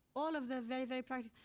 all of the very, very